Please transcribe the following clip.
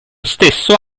stesso